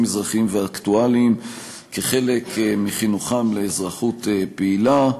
אזרחיים ואקטואליים כחלק מחינוכם לאזרחות פעילה,